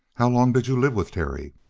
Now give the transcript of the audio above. how long did you live with terry?